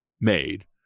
made